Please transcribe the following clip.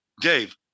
Dave